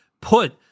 put